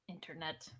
Internet